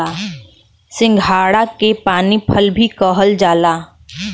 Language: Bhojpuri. सिंघाड़ा के पानी फल भी कहल जाला